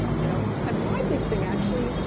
you know and my big thing actually,